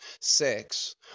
sex